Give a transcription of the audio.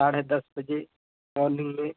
साढ़े दस बजे मॉर्निंग में